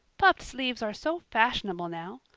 puffed sleeves are so fashionable now.